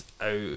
out